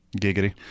giggity